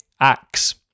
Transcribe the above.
axe